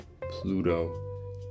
Pluto